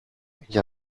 για